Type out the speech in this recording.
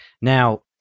Now